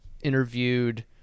interviewed